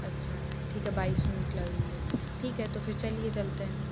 अच्छा ठीक है बाइस मिनट लगेंगे ठीक है तो फिर चलिए चलते हैं